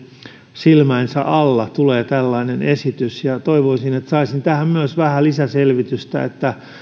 silmäinsä alla tulee tällainen esitys ja toivoisin että saisin tähän myös vähän lisäselvitystä